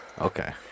Okay